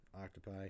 Octopi